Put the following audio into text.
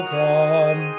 come